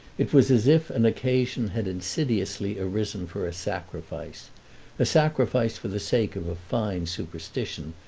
it was as if an occasion had insidiously arisen for a sacrifice a sacrifice for the sake of a fine superstition,